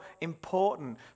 important